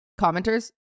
commenters